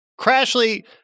Crashly